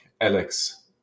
Alex